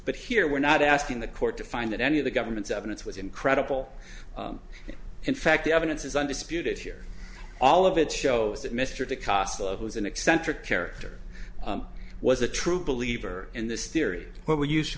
but here we're not asking the court to find that any of the government's evidence was incredible in fact the evidence is undisputed here all of it shows that mr to cost of was an eccentric character was a true believer in this theory what we used to